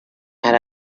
had